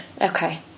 Okay